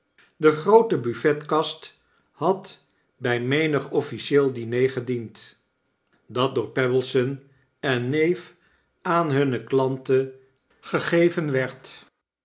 de groote buffetkast had by menig officieel diner gediend dat door pebbleson en neef aan hunne klanten gegeven werd